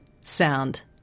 sound